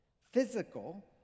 physical